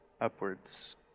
upwards